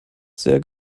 sehr